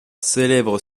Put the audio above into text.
célèbres